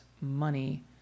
money